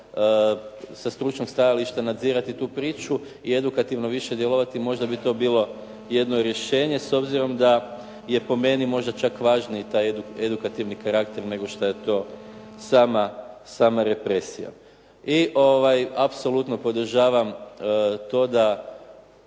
sa stručnog stajališta nadzirati tu priču i edukativno više djelovati, možda bi to bilo jedno rješenje. S obzirom da je po meni možda čak važniji taj edukativni karakter nego što je to sama represija. I apsolutno podržavam to da